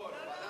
לא, לוועדה